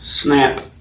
snap